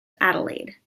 adelaide